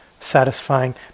Satisfying